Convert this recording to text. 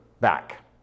back